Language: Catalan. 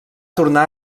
tornar